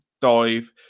dive